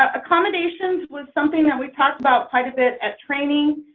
accomodations was something that we talked about, quite a bit at training.